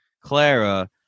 clara